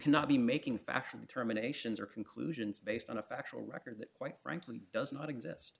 cannot be making fashion determinations or conclusions based on a factual record that quite frankly does not exist